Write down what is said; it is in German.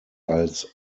als